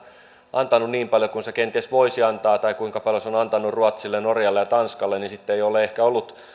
antanut niin paljon kuin se kenties voisi antaa tai niin paljon kuin se on on antanut ruotsille norjalle ja tanskalle niin sitten ei ole ehkä ollut